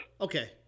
Okay